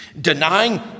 denying